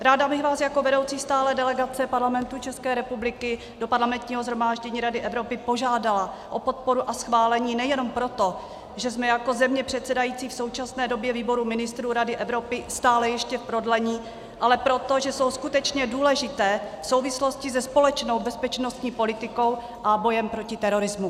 Ráda bych vás jako vedoucí stálé delegace Parlamentu ČR do Parlamentního shromáždění Rady Evropy požádala o podporu a schválení nejenom proto, že jsme jako země předsedající v současné době Výboru ministrů Rady Evropy stále ještě v prodlení, ale proto, že jsou skutečně důležité souvislosti se společnou bezpečnostní politikou a bojem proti terorismu.